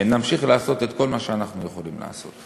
נמשיך לעשות את כל מה שאנחנו יכולים לעשות.